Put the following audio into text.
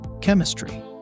Chemistry